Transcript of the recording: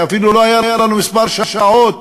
אפילו לא היו לנו כמה שעות